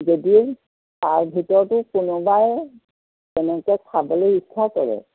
যদি তাৰ ভিতৰতো কোনোবাই তেনেকৈ খাবলৈ ইচ্ছা কৰে